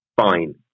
fine